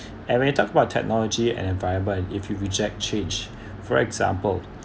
and when it talk about technology and environment if you reject change for example